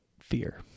fear